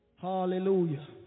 Hallelujah